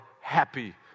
happy